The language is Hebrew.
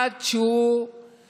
עד שהוא נפטר.